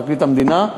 פרקליט המדינה,